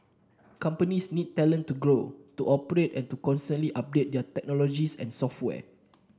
companies need talent to grow to operate and to constantly update their technologies and software